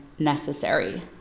necessary